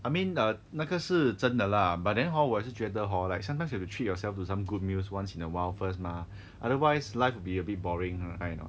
I mean the 那个是真的 lah but then hor 我是觉得 hor like sometimes you have to treat yourself to some good meals once in awhile first mah otherwise life will be a bit boring right or not